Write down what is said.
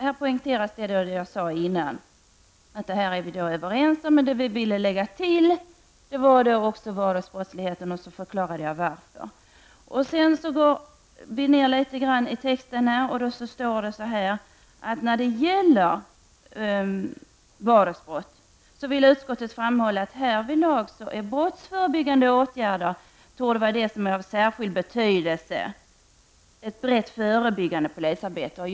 Här poängteras alltså det som jag sade tidigare, nämligen att vi är överens. Men vi i centern vill lägga till detta med vardagsbrottsligheten, och jag förklarade varför. Litet längre ner i texten står det: ''I anslutning till yrkandet -- om att en prioritering bör ske även av kampen mot vardagsbrotten vill utskottet framhålla att härvidlag brottsförebyggande åtgärder torde vara av särskild betydelse och -- att ett brett förebyggande polisarbete - ger bäst resultat.''